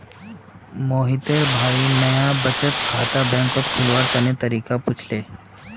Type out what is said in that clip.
मोहितेर भाई नाया बचत खाता बैंकत खोलवार तने तरीका पुछले